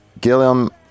Gilliam